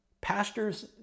pastors